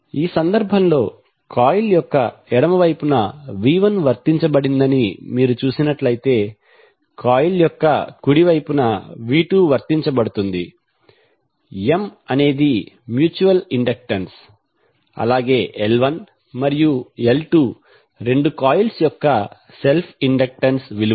ఈ సందర్భంలో కాయిల్ యొక్క ఎడమ వైపున v1 వర్తించబడిందని మీరు చూసినట్లైతే కాయిల్ యొక్క కుడి వైపున v2 వర్తించబడుతుంది M అనేది మ్యూచువల్ ఇండక్టెన్స్ L1 మరియు L2 రెండు కాయిల్స్ యొక్క సెల్ఫ్ ఇండక్టెన్స్ విలువలు